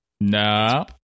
no